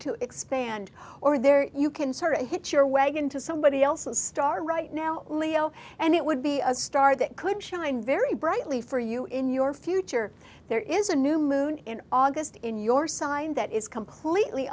to expand or there you can sort of hitch your wagon to somebody else's star right now leo and it would be a star that could shine very brightly for you in your future there is a new moon in august in your side that is completely